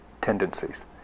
tendencies